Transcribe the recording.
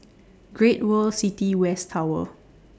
Great World City West Tower